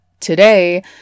Today